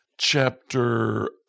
Chapter